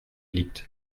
liegt